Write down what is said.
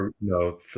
No